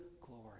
glory